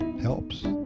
helps